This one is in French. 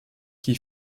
qui